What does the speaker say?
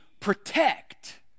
Protect